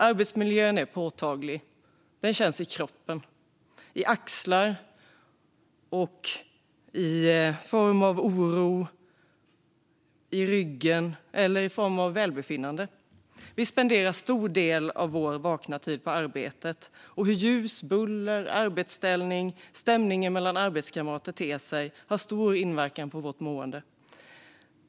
Den är påtaglig och känns i kroppen, i axlar och rygg och i form av oro eller välbefinnande. Vi spenderar en stor del av vår vakna tid på arbetet, och hur ljus, buller, arbetsställning och stämningen mellan arbetskamrater ter sig har stor inverkan på vårt mående.